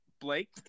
Blake